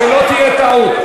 שלא תהיה טעות,